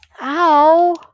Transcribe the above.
Ow